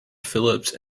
phillips